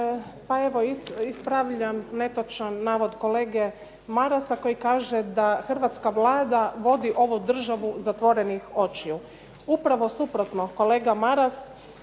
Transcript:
Pa ispravljam netočan navod kolege Marasa koji kaže da hrvatska Vlada vodi ovu državu zatvorenih očiju. Upravo suprotno kolega Maras,